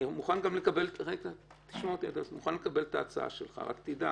אני מוכן גם לקבל את ההצעה שלך רק תדע